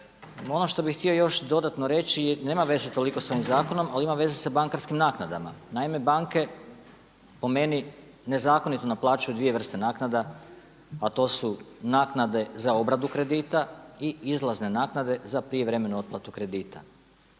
ono što bih htio još dodatno reći nema veze toliko sa ovim zakonom ali ima veze sa bankarskim naknadama. Naime, banke po meni nezakonito naplaćuju dvije vrste naknada a to su naknade za obradu kredita i izlazne naknade za prijevremenu otplatu kredita.